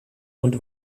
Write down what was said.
und